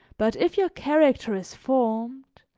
but if your character is formed,